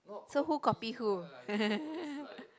so who copy who